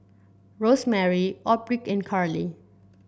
Rosemary Aubrey and Carlie